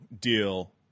deal